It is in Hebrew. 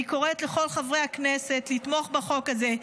אני קוראת לכל חברי הכנסת לתמוך בחוק הזה,